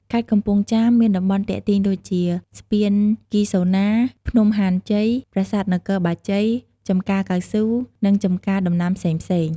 ខេត្តកំពង់ចាមមានតំបន់ទាក់ទាញដូចជា ស្ពានគីហ្សូណា ភ្នំហាន់ជ័យ ប្រាសាទនគរបាជ័យ ចំការកៅស៊ូ និងចំការដំណាំផ្សេងៗ។